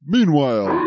Meanwhile